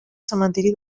cementiri